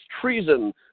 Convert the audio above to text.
treason